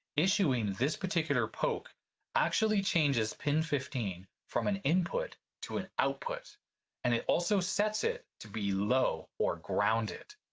issuing this particular poke actually changes pin fifteen from an input to an output and it also sets it to be low or grounded.